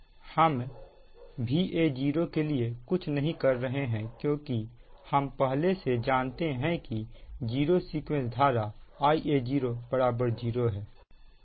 हम Va0 के लिए कुछ नहीं कर रहे हैं क्योंकि हम पहले से ही जानते हैं कि जीरो सीक्वेंस धारा Ia0 0 है